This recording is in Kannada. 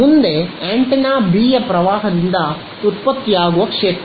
ಮುಂದೆ ಆಂಟೆನಾ ಬಿ ಯ ಪ್ರವಾಹದಿಂದ ಉತ್ಪತ್ತಿಯಾಗುವ ಕ್ಷೇತ್ರ